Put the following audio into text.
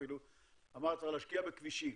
שאמר שצריך להשקיע בכבישים,